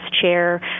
chair